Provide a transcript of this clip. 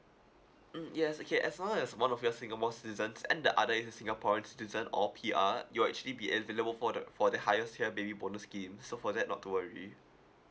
mm yes okay as long as one of you're singapore citizens and the other is a singaporean citizen or P_R you'll actually be eligible for the for the highest tier baby bonus scheme so for that not to worry